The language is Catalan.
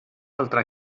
altra